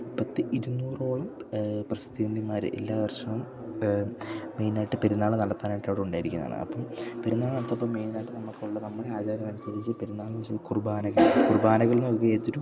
പത്ത് ഇരുന്നൂറോളം പ്രസിദ്യന്തിമാർ എല്ലാ വർഷവും മെയിനായിട്ട് പെരുന്നാൾ നടത്താനായിട്ടിവിടെ ഉണ്ടായിരിക്കുന്നതാണ് അപ്പം പെരുന്നാൾ നടത്തിയപ്പം മെയിനായിട്ട് നമ്മൾക്കുള്ള നമ്മുടെ ആചാരം അനുസരിച്ച് പെരുന്നാൽ വെച്ച് ഈ കുർബാനകൾ കുർബാനകളെന്ന് ഏതൊരു